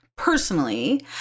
personally